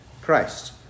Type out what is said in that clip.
Christ